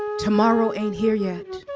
tomorrow ain't here yet.